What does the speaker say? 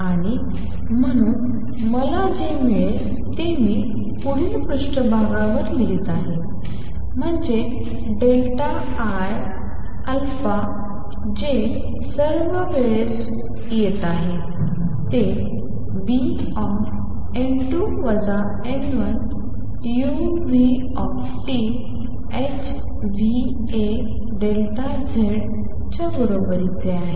आणि म्हणून मला जे मिळेल ते मी पुढील पृष्ठावरलिहीत आहे म्हणजे I a जे सर्व वेळेस होत आहे ते Bn2 n1uThνaZ च्या बरोबरीचे आहे